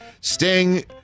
Sting